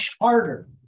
harder